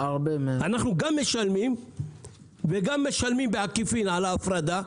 אנחנו גם משלמים וגם משלמים בעקיפין על ההפרדה.